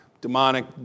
demonic